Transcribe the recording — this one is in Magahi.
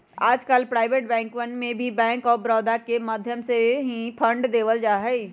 आजकल प्राइवेट बैंकवन के भी बैंक आफ बडौदा के माध्यम से ही फंड देवल जाहई